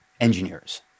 engineers